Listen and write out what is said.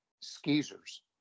skeezers